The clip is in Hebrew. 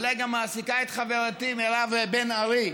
שאולי גם מעסיקה את חברתי מירב בן ארי,